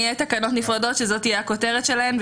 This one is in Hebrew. יהיו תקנות נפרדות שזאת תהיה הכותרת שלהן,